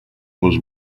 was